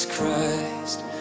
Christ